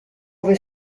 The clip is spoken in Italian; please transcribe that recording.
ove